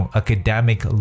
academic